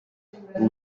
who